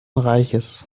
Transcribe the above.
reiches